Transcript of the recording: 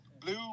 blue